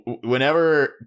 whenever